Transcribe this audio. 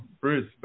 Bruce